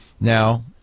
Now